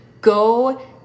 go